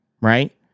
Right